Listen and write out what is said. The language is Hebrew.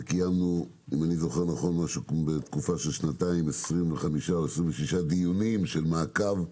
קיימנו להערכתי בתקופה של שנתיים 25 או 26 דיוני מעקב.